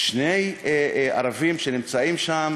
יש שני ערבים שנמצאים שם,